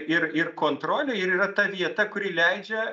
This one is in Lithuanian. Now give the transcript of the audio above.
ir ir kontrolė ir yra ta vieta kuri leidžia